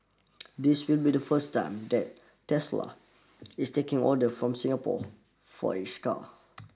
this will be the first time that Tesla is taking orders from Singapore for its cars